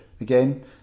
Again